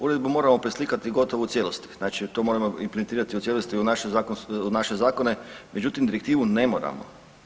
Uredbu moramo preslikati gotovo u cijelosti, znači to moramo implementirati u cijelosti u naše zakone međutim direktivu ne moramo.